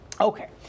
Okay